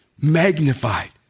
magnified